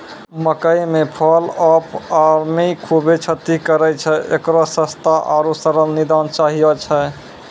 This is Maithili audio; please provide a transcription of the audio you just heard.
मकई मे फॉल ऑफ आर्मी खूबे क्षति करेय छैय, इकरो सस्ता आरु सरल निदान चाहियो छैय?